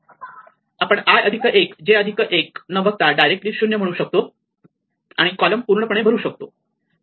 आपण i अधिक 1 j अधिक 1 न बघता डायरेक्टली 0 म्हणू शकतो आणि कॉलम पूर्ण पणे भरू शकतो